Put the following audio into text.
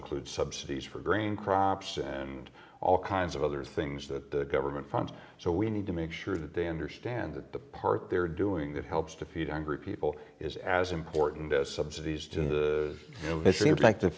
includes subsidies for grain crops and all kinds of other things that the government funds so we need to make sure that they understand that the part they're doing that helps to feed hungry people is as important as subsidies to the